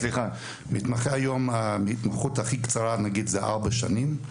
נניח וההתמחות הכי קצרה היום היא ארבע שנים.